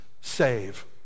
save